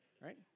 right